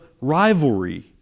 rivalry